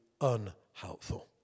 unhelpful